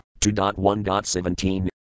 2.1.17